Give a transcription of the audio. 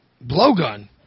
Blowgun